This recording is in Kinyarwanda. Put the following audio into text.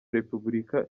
repubulika